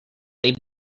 they